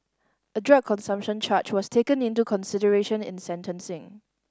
a drug consumption charge was taken into consideration in sentencing